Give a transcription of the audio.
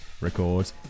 record